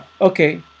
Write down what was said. Okay